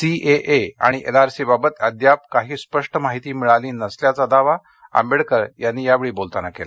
CAA आणि एनआरसीबाबत अद्याप काही स्पष्ट माहिती मिळाली नसल्याचा दावा आंबेडकर यांनी यावेळी बोलताना केला